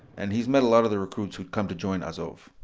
and he's met a lot of the recruits who'd come to join azov.